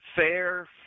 Fair